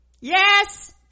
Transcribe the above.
Yes